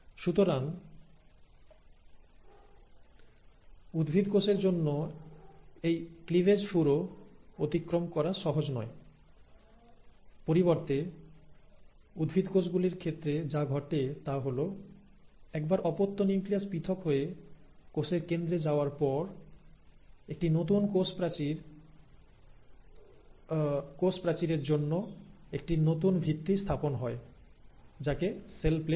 সুতরাং উদ্ভিদ কোষের জন্য এই ক্লিভেজ পুরো অতিক্রম করা সহজ নয় পরিবর্তে উদ্ভিদ কোষ গুলির ক্ষেত্রে যা ঘটে তা হল একবার অপত্য নিউক্লিয়াস পৃথক হয়ে কোষের কেন্দ্রে যাওয়ার পর একটি নতুন কোষ প্রাচীরের জন্য একটি নতুন ভিত্তি স্থাপন হয় যাকে সেল প্লেট বলে